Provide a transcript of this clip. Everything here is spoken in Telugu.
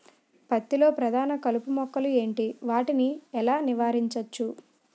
పత్తి లో ప్రధాన కలుపు మొక్కలు ఎంటి? వాటిని ఎలా నీవారించచ్చు?